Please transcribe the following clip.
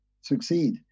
succeed